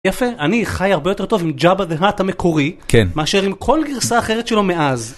יפה אני חי הרבה יותר טוב עם Java the hut המקורי כן מאשר עם כל גרסה אחרת שלו מאז.